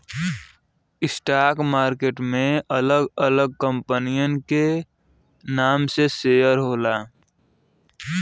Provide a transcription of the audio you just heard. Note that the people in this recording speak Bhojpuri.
स्टॉक मार्केट में अलग अलग कंपनियन के नाम से शेयर होला